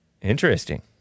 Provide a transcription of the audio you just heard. Interesting